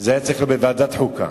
שזה היה צריך להיות בוועדת החוקה.